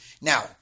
Now